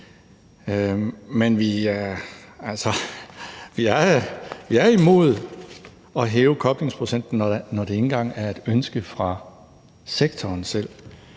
Men vi er altså imod at hæve koblingsprocenten, når det ikke engang er et ønske fra sektoren selv,